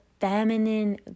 feminine